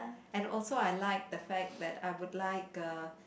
and also I like the fact that I would like uh